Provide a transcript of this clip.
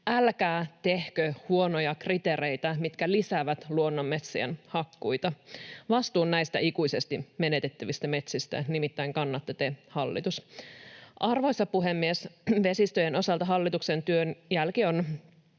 Älkää tehkö huonoja kriteereitä, mitkä lisäävät luonnonmetsien hakkuita. Vastuun näistä ikuisesti menetettävistä metsistä nimittäin kannatte te, hallitus. Arvoisa puhemies! Vesistöjen osalta hallituksen työn jälki on,